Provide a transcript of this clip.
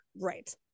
Right